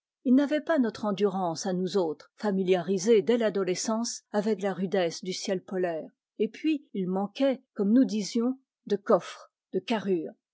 il n'avait pas notre endurance à nous autres familiarisés dès l'adolescence avec la rudesse du ciel polaire et puis il manquait comme nous disions de coffre de carrure